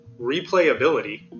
Replayability